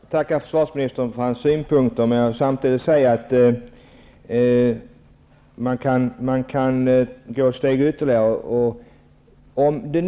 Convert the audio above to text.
Herr talman! Jag får tacka försvarsministern för hans synpunkter. Samtidigt vill jag säga att man kan gå ytterligare ett steg.